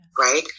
right